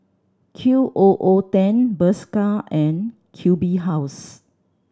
Q O O Ten Bershka and Q B House